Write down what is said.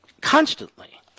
constantly